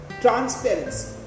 transparency